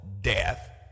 death